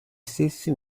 stessi